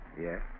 Yes